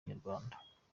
nyarwanda